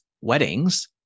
weddings